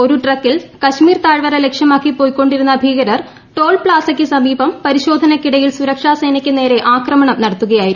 ഒരു ട്രക്കിൽ കശ്മീർ താഴ്വര ലക്ഷ്യമാക്കി പൊയ്ക്കൊണ്ടിരുന്ന ഭീകരർ ടോൾപ്ലാസക്ക് സമീപം പരിശോധനയ്ക്കിടയിൽ സുരക്ഷാ സേനക്ക് നേരെ ആക്രമണം നടത്തുകയായിരുന്നു